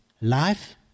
life